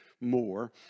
more